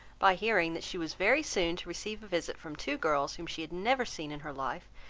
by hearing that she was very soon to receive a visit from two girls whom she had never seen in her life,